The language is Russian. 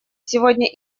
сегодня